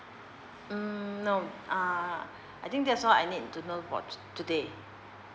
mm no uh I think that's all I need to know about today